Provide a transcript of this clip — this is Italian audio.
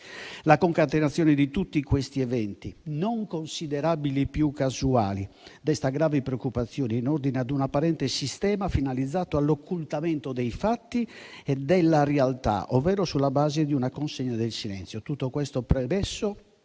La concatenazione di tutti questi eventi non considerabili più casuali desta gravi preoccupazioni in ordine ad un apparente sistema finalizzato all'occultamento dei fatti e della realtà, ovvero sulla base di una consegna del silenzio. Tutto questo premesso,